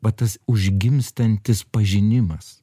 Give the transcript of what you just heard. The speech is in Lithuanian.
vat tas užgimstantis pažinimas